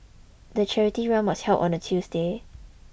the charity run was held on a Tuesday